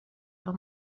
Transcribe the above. del